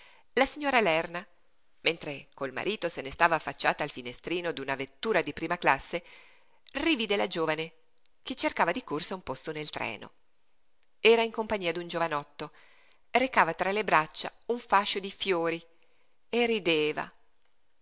la signora lerna mentre col marito se ne stava affacciata al finestrino d'una vettura di prima classe rivide la giovane che cercava di corsa un posto nel treno era in compagnia d'un giovanotto recava tra le braccia un fascio di fiori e rideva